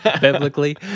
biblically